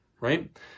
Right